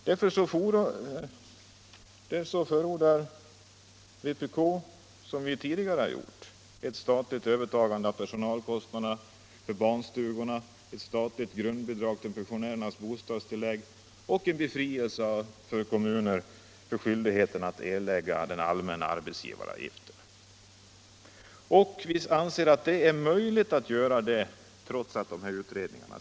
Därför förordar vpk liksom tidigare ett statligt övertagande av personalkostnaderna för barnstugorna, ett statligt grundbidrag till pensionärernas bostadstillägg och en befrielse för kommunerna från skyldigheten att erlägga den allmänna arbetsgivaravgiften. Vi anser att detta är möjligt trots de sittande utredningarna.